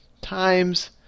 times